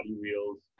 wheels